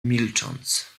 milcząc